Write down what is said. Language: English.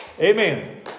Amen